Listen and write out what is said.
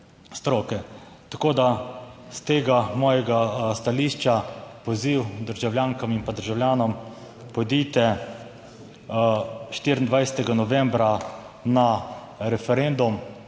Tako da s tega mojega stališča poziv državljankam in državljanom, pojdite 24. novembra na referendum.